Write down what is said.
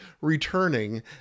returning